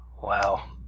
Wow